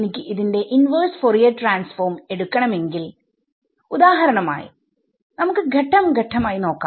എനിക്ക് ഇതിന്റെ inverse Fourier transform എടുക്കണമെങ്കിൽ ഉദാഹരണമായി നമുക്ക് ഘട്ടം ഘട്ടം ആയി നോക്കാം